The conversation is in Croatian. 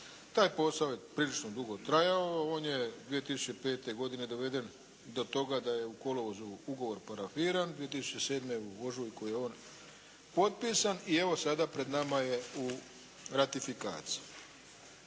Taj posao je prilično dugo trajao, on je 2005. godine doveden do toga da je u kolovozu ugovor parafiran, 2007. u ožujku je on potpisan i evo sada pred nama je u ratifikaciji.